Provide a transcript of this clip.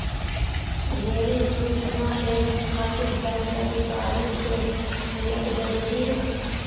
Rail सूचना labour खातिर bank अधिकारी से मिलक जरूरी है?